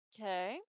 Okay